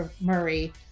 Murray